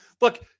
look